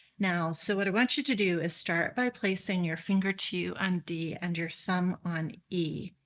now so what i want you to do is start by placing your finger two on d and your thumb on e.